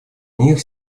них